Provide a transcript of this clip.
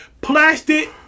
plastic